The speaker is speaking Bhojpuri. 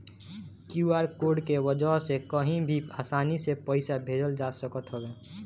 क्यू.आर कोड के वजह से कही भी आसानी से पईसा भेजल जा सकत हवे